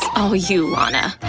all you, lana.